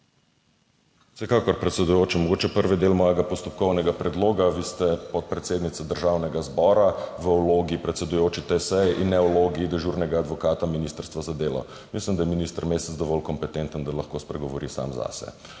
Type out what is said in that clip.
Vsekakor, predsedujoča. Mogoče prvi del mojega postopkovnega predloga. Vi ste podpredsednica Državnega zbora v vlogi predsedujoče tej seji in ne v vlogi dežurnega advokata ministrstva za delo. Mislim, da je minister Mesec dovolj kompetenten, da lahko spregovori sam zase.